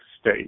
state